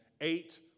eight